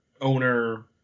owner